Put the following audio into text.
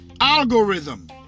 Algorithm